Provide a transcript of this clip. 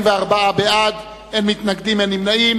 47 בעד, אין מתנגדים ואין נמנעים.